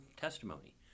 testimony